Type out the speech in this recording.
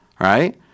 right